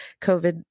COVID